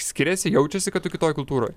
skiriasi jaučiasi kad tu kitoj kultūroj